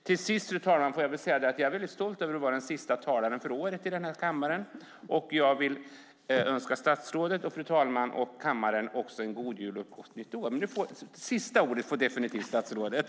Till sist, fru talman, får jag säga att jag är väldigt stolt över att som ledamot vara sista talaren för året i denna kammare. Jag vill önska statsrådet, fru talmannen och kammaren god jul och gott nytt år. Absolut sista ordet får dock statsrådet.